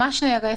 ממש נהרסת.